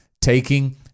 taking